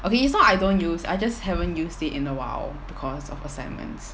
okay it's not I don't use I just haven't used it in awhile because of assignments